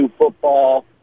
football